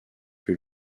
que